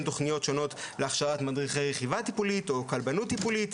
תוכניות שונות להכשרת מדריכי רכיבה טיפולית או כלבנות טיפולית,